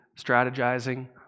strategizing